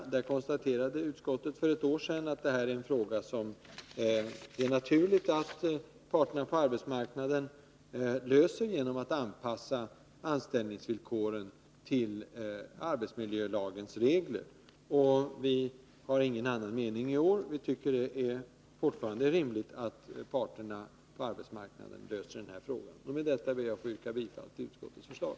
Utskottet konstaterade för ett år sedan att detta är en fråga som det är naturligt att parterna på arbetsmarknaden löser genom att anpassa anställningsvillkoren till arbetsmiljölagens regler. Vi har ingen annan mening i år utan tycker fortfarande att det är rimligt att parterna på arbetsmarknaden löser denna fråga. Fru talman! Med det sagda ber jag att få yrka bifall till utskottets förslag.